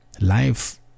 Life